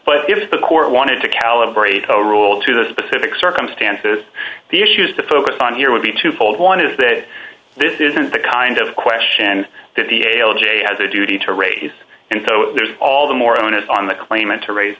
but if the court wanted to calibrate a rule to the pacific circumstances the issues to focus on here would be twofold one is that this isn't the kind of question that the ail day has a duty to raise and so there's all the more onus on the claimant to raise